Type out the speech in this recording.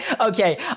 Okay